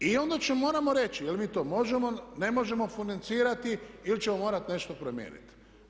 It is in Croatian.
I onda moramo reći jel' mi to možemo, ne možemo financirati ili ćemo morati nešto promijeniti.